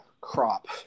crop